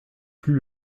plus